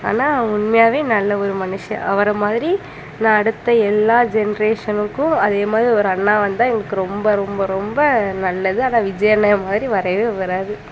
ஆனால் உண்மையாகவே நல்ல ஒரு மனுஷன் அவரை மாதிரி நான் அடுத்த எல்லா ஜென்ரேஷனுக்கும் அதே மாதிரி ஒரு அண்ணா வந்தால் எங்களுக்கு ரொம்ப ரொம்ப ரொம்ப நல்லது ஆனால் விஜய் அண்ணா மாதிரி வரவே வராது